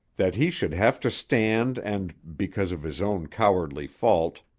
that he should have to stand and, because of his own cowardly fault,